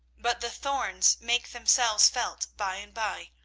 but the thorns make themselves felt by and by,